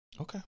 Okay